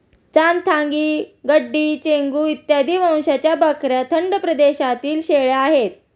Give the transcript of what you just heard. चांथागी, गड्डी, चेंगू इत्यादी वंशाच्या बकऱ्या थंड प्रदेशातील शेळ्या आहेत